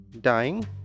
Dying